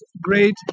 great